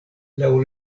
laŭ